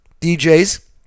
DJs